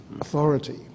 authority